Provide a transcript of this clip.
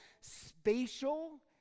spatial